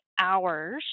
hours